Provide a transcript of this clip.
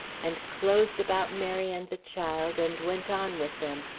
and closed about mary and the child, and went on with them,